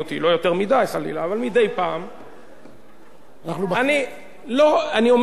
אנחנו, אני אומר לכם, חברים, זה היה איום או רמז?